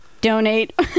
Donate